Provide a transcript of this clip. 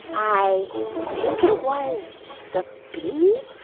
i think it was the bee?